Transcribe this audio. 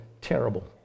terrible